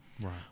Right